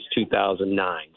2009